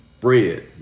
bread